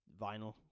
vinyl